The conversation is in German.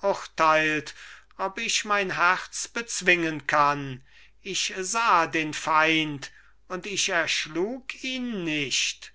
urteilt ob ich mein herz bezwingen kann ich sah den feind und ich erschlug ihn nicht